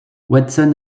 watson